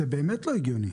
זה באמת לא הגיוני.